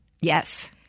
Yes